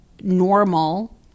normal